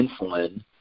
insulin